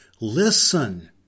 Listen